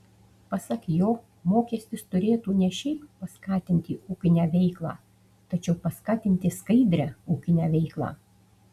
pasak jo mokestis turėtų ne šiaip paskatinti ūkinę veiklą tačiau paskatinti skaidrią ūkinę veiklą